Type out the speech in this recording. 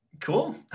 cool